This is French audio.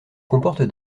comporte